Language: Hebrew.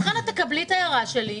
לכן תקבלי את ההערה שלי,